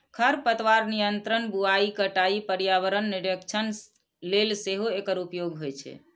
खरपतवार नियंत्रण, बुआइ, कटाइ, पर्यावरण निरीक्षण लेल सेहो एकर प्रयोग होइ छै